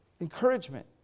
encouragement